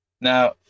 Now